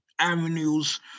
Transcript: avenues